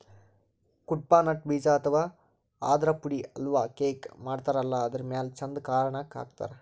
Cuddapah nut ಬೀಜ ಅಥವಾ ಆದ್ರ ಪುಡಿ ಹಲ್ವಾ, ಕೇಕ್ ಮಾಡತಾರಲ್ಲ ಅದರ್ ಮ್ಯಾಲ್ ಚಂದ್ ಕಾಣಕ್ಕ್ ಹಾಕ್ತಾರ್